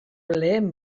lehen